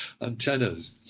antennas